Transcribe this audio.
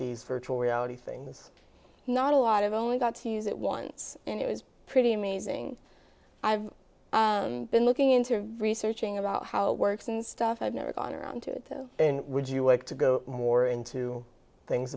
these virtual reality things not a lot of only got to use it once and it was pretty amazing i've been looking into researching about how it works and stuff i've never gotten around to and would you like to go more into things